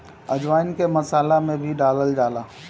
अजवाईन के मसाला में भी डालल जाला